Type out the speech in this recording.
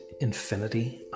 infinity